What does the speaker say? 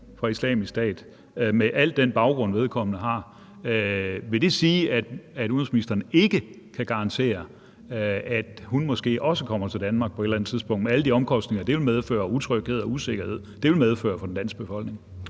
fra Islamisk Stat med al den baggrund, vedkommende har. Vil det sige, at udenrigsministeren ikke kan garantere, at hun ikke kommer til Danmark på et eller andet tidspunkt med alle de omkostninger, det vil medføre, og utryghed og usikkerhed, det vil medføre for den danske befolkning?